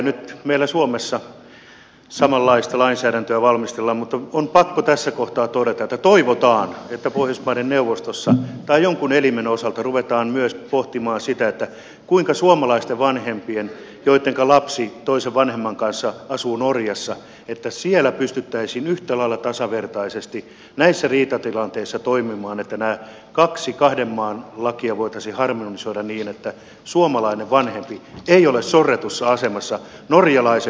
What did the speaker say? nyt meillä suomessa samanlaista lainsäädäntöä valmistellaan mutta on pakko tässä kohtaa todeta että toivotaan että pohjoismaiden neuvostossa tai jonkun elimen osalta ruvetaan pohtimaan myös sitä kuinka suomalaisten vanhempien joita galaksin toisen vanhemman kanssa asuu norjassa pystyttäisiin yhtä lailla tasavertaisesti toimimaan näissä riitatilanteissa joissa suomalaisten vanhempien lapsi asuu toisen vanhemman kanssa norjassa että nämä kaksi kahden maan lakia voitaisiin harmonisoida niin että suomalainen vanhempi ei ole sorretussa asemassa norjalaisen viranomaisen käsittelyssä